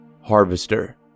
Harvester